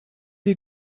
wie